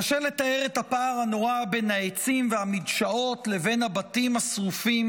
קשה לתאר את הפער הנורא בין העצים והמדשאות לבין הבתים השרופים